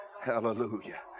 Hallelujah